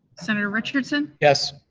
senator richardson? yes.